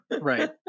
Right